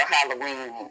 Halloween